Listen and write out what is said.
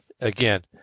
again